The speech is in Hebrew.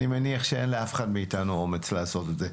אני מניח שאין לאף אחד מאיתנו אומץ לעשות את זה.